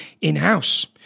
in-house